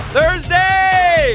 Thursday